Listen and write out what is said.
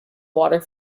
water